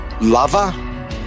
lover